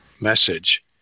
message